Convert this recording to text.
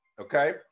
okay